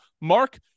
Mark